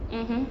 mmhmm